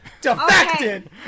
Defected